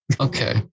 Okay